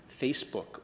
Facebook